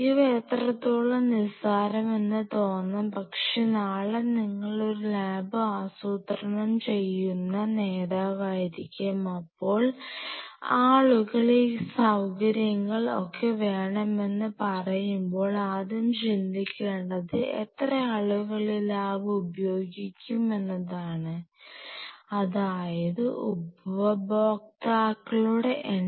ഇവ എത്രത്തോളം നിസ്സാരമെന്ന് തോന്നാം പക്ഷേ നാളെ നിങ്ങൾ ഒരു ലാബ് ആസൂത്രണം ചെയ്യുന്ന നേതാവായിരിക്കും അപ്പോൾ ആളുകൾ ഈ സൌകര്യങ്ങൾ ഒക്കെ വേണമെന്ന് പറയുമ്പോൾ ആദ്യം ചിന്തിക്കേണ്ടത് എത്ര ആളുകൾ ഈ ലാബ് ഉപയോഗിക്കും എന്നതാണ് അതായത് ഉപയോക്താക്കളുടെ എണ്ണം